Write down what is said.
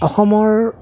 অসমৰ